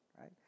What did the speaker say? right